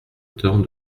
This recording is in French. temps